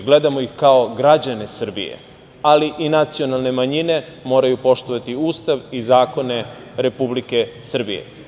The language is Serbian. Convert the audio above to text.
Gledamo ih kao građane Srbije, ali i nacionalne manjine moraju poštovati Ustav i zakone Republike Srbije.